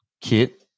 kit